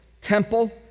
temple